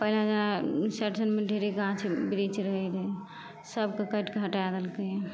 पहिने जेना road side आरमे ढेरी गाछ बृक्ष रहै रहै सबके काटिके हटा देलकै